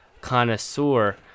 connoisseur